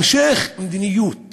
המשך מדיניות